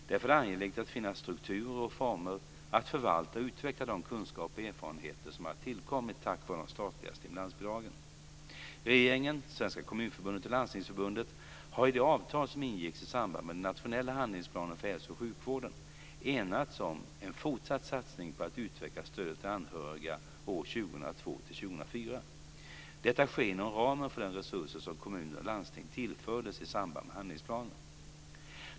Därför är det angeläget att finna strukturer och former att förvalta och utveckla de kunskaper och erfarenheter som har tillkommit tack vare de statliga stimulansbidragen. Regeringen, Svenska Kommunförbundet och Landstingsförbundet har i det avtal som ingicks i samband med den nationella handlingsplanen för hälso och sjukvården enats om en fortsatt satsning på att utveckla stödet till anhöriga år 2002-2004. Detta sker inom ramen för de resurser som kommuner och landsting tillfördes i samband med handlingsplanen.